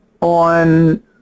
on